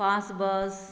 pass bus